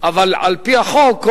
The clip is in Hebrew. אבל על-פי החוק,